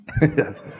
Yes